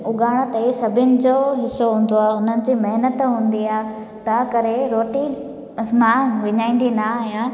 उगाइण त सभिनि जो हिसो हूंदो आहे उन्हनि जी महिनत हूंदी आहे त करे रोटी अस मां विञाईंदी न आहियां